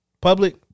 public